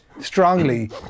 strongly